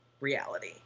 reality